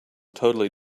totally